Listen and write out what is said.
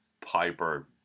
piper